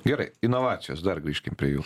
gerai inovacijos dar grįžkim prie jų